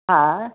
हा